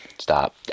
stop